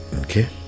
Okay